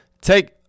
take